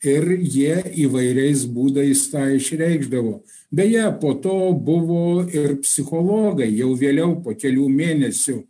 ir jie įvairiais būdais tą išreikšdavo beje po to buvo ir psichologai jau vėliau po kelių mėnesių